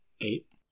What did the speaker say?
Eight